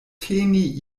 teni